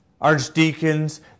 archdeacons